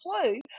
play